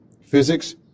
physics